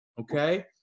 okay